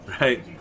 right